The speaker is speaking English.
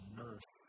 nurse